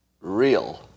real